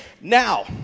Now